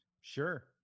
sure